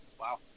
Wow